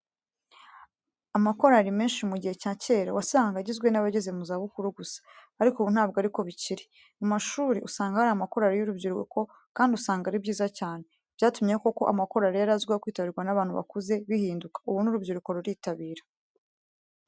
Amakorari menshi mu gihe cya cyera wasangaga agizwe n'abageze muzabukuru gusa ,ariko ubu ntabwo ariko bikiri. Mu mashuri usanga hari amakorari y'urubyiruko kandi usanga ari byiza cyane. Byatumye koko amakorari yarazwiho kwitabirwa n'abantu bakuze bihinduka, ubu n'urubyiruko ruritabira.